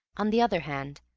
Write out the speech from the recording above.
on the other hand,